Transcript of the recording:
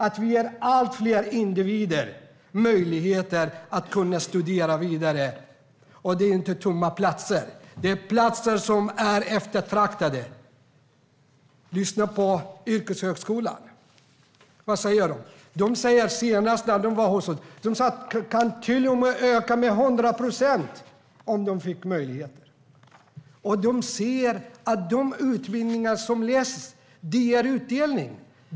Vi ska ge allt fler individer möjligheter att studera vidare. Det är inte tomma platser, utan det är platser som är eftertraktade. Lyssna på yrkeshögskolan! Vad säger de? Senast när de var hos oss sa de att de till och med kan öka med 100 procent om de får möjligheten. De ser att de utbildningar som läses ger utdelning.